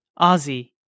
Ozzy